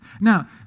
Now